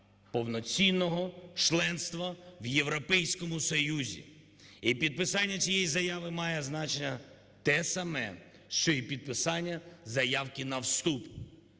повноцінного членства в Європейському Союзі. І підписання цієї заяви має значення те саме, що і підписання заявки на вступ